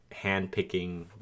handpicking